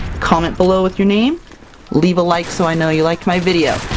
comment below with your name leave a like so i know you liked my video,